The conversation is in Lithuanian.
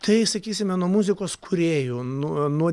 tai sakysime nuo muzikos kūrėjų nu nuo